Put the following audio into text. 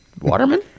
Waterman